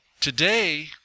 Today